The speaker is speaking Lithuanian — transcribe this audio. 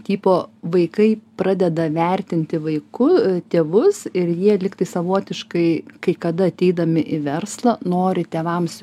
tipo vaikai pradeda vertinti vaiku tėvus ir jie lygtai savotiškai kai kada ateidami į verslą nori tėvams